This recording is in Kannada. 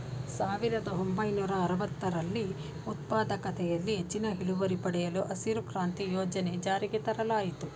ಸಾವಿರದ ಒಂಬೈನೂರ ಅರವತ್ತರಲ್ಲಿ ಉತ್ಪಾದಕತೆಯಲ್ಲಿ ಹೆಚ್ಚಿನ ಇಳುವರಿ ಪಡೆಯಲು ಹಸಿರು ಕ್ರಾಂತಿ ಯೋಜನೆ ಜಾರಿಗೆ ತರಲಾಯಿತು